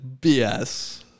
BS